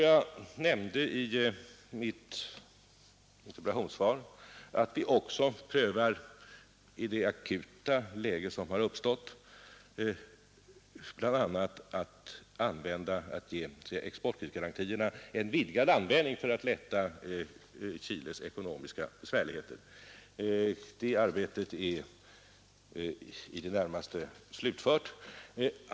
Jag nämnde i mitt interpellationssvar att vi också prövar möjligheten att i det akuta läge som har uppstått ge exportkreditgarantierna en vidgad användning för att lätta Chiles ekonomiska besvärligheter. Det arbetet är i det närmaste slutfört.